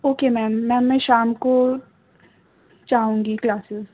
okay ma'am ma'am میں شام کو جاؤں گی کلاسز